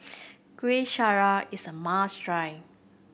Kueh Syara is a must try